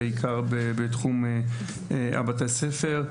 בעיקר בתחום בתי-הספר.